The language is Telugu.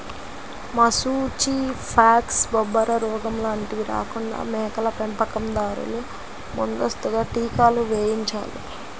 మశూచి, ఫాక్స్, బొబ్బరోగం లాంటివి రాకుండా మేకల పెంపకం దారులు ముందస్తుగా టీకాలు వేయించాలి